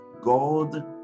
God